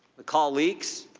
the call leaks,